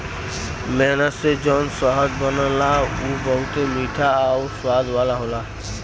मेहनत से जौन शहद बनला उ बहुते मीठा आउर स्वाद वाला होला